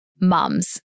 mums